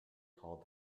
called